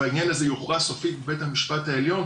והעניין הזה יוכרע סופית בבית המשפט העליון.